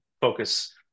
focus